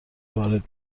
وارد